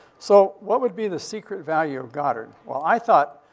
so what would be the secret value of goddard? well, i thought,